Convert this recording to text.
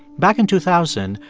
back in two thousand,